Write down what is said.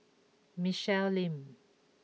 Michelle Lim